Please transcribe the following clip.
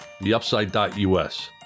theupside.us